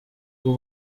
bwo